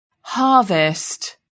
harvest